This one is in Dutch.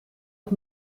het